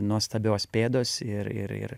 nuostabios pėdos ir ir ir